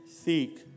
seek